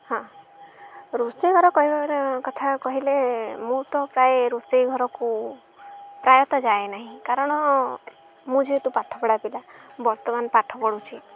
ହଁ ରୋଷେଇ ଘର କରିବାର କଥା କହିଲେ ମୁଁ ତ ପ୍ରାୟ ରୋଷେଇ ଘରକୁ ପ୍ରାୟତଃ ଯାଏ ନାହିଁ କାରଣ ମୁଁ ଯେହେତୁ ପାଠପଢ଼ା ପିଲା ବର୍ତ୍ତମାନ ପାଠ ପଢ଼ୁଛି